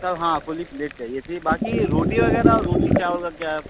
सब हाँ फुल ही प्लेट चाहिए थी बाक़ी रोटी वग़ैरह रोटी चावल का क्या है